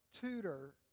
tutor